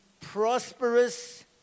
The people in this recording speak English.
prosperous